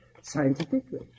scientifically